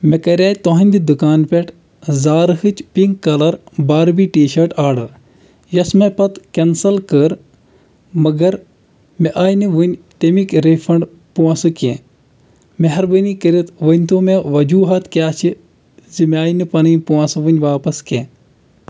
مےٚ کَرریاے تُہٕنٛدِ دُکان پٮ۪ٹھ زارٕہٕچ pink colour Barbie T shirt order یۄس مےٚ پتہٕ کٮ۪نسل کٔر مگر مےٚ آیہِ نہٕ وُنہِ تَمِکۍ رِفنٛڈ پۅنٛسہٕ کیٚنٛہہ مہربٲنی کٔرِتھ ؤنۍ تو مےٚ وجوٗہات کیٛاہ چھِ زِ مےٚ آیہِ نہٕ پنٕنۍ پۅنٛسہٕ وُنہِ واپس کیٚنٛہہ